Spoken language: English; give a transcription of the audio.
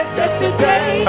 yesterday